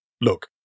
Look